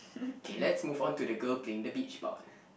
okay let's move on to the girl playing the beach ball